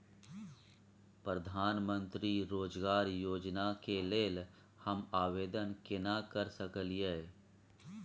प्रधानमंत्री रोजगार योजना के लेल हम आवेदन केना कर सकलियै?